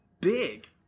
big